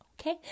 Okay